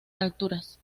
alturas